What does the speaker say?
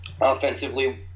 Offensively